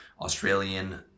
Australian